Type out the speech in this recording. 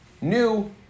new